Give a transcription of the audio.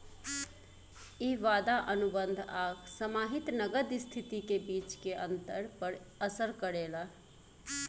इ वादा अनुबंध आ समाहित नगद स्थिति के बीच के अंतर पर असर करेला